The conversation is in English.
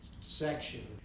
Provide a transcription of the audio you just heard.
section